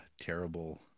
terrible